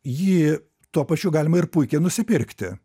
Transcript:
jį tuo pačiu galima ir puikiai nusipirkti